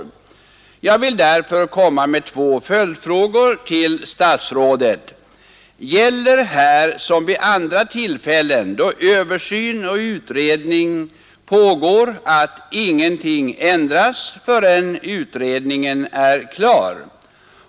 Jag vill därför komma med två följdfrågor till statsrådet: För det första: Gäller här som vid andra tillfällen då översyn och utredning pågår att ingenting ändras förrän utredningen är klar?